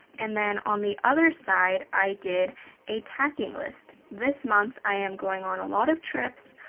and then on the other side i did a packing list. this month i am going on a lot of trips.